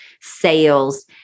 sales